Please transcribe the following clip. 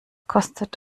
kostet